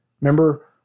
Remember